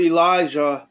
Elijah